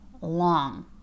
long